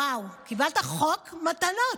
וואו, קיבלת חוק מתנות.